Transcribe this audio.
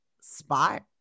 spot